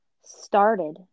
started